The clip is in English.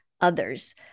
others